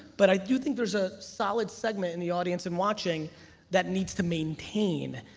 but i do think there's a solid segment in the audience and watching that needs to maintain.